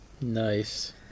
Nice